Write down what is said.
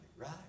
right